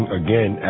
again